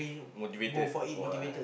motivated for a